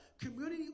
community